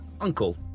Uncle